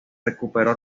recuperó